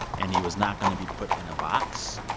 and he was not going to be put in a box.